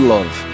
Love